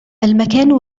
المكان